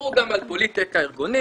דיברו גם על פוליטיקה ארגונית,